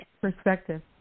perspective